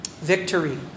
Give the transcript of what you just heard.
victory